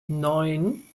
neun